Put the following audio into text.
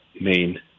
main